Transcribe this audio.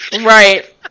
Right